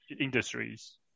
industries